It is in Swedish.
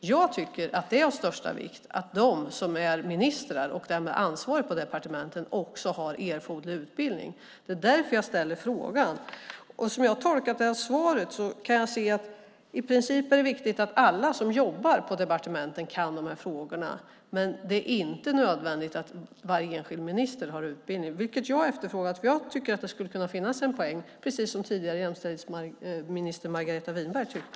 Det är av största vikt att de som är ministrar och därmed ansvariga på departementen också har erforderlig utbildning. Det var därför jag ställde frågan. Jag tolkar svaret som att det i princip är viktigt att alla som jobbar på departementen kan dessa frågor men att det inte är nödvändigt att varje enskild minister har utbildning, vilket jag efterfrågar. Jag tycker att det skulle kunna finnas en poäng i det, precis som tidigare jämställdhetsminister Margareta Winberg tyckte.